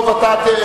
ירד.